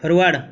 forward